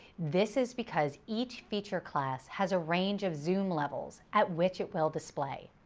this is because each feature class has a range of zoom levels at which it will display.